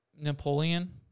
Napoleon